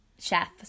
chef